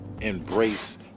embrace